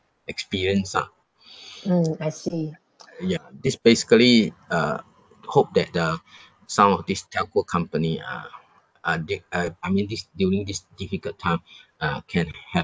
experience ah ya this basically uh hope that the some of these telco company are are dic~ uh I mean this during this difficult time uh can have